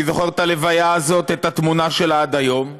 אני זוכר את הלוויה הזאת, את התמונה שלה, עד היום.